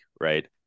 right